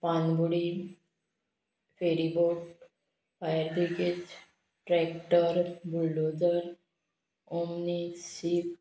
पानबुडी ferry boat fire brigade tractor bulldozer omni ship